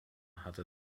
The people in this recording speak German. hatte